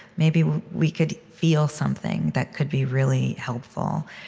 maybe we could feel something that could be really helpful.